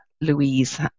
Louise